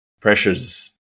pressures